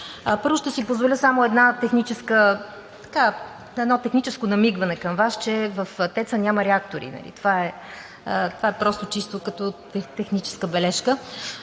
Първо, ще си позволя само едно техническо намигване към Вас – в ТЕЦ-а няма реактори. Това е просто чисто техническа бележка.